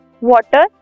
water